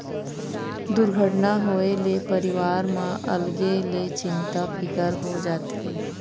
दुरघटना होए ले परिवार म अलगे ले चिंता फिकर हो जाथे